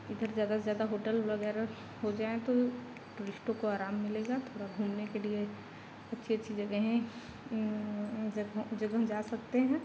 इधर ज्यादा से ज़्यादा होटल वग़ैरह हो जाएँ तो टूरिस्टों को आराम मिलेगा थोड़ा घूमने के लिए अच्छी अच्छी जगहें जगह में जा सकते हैं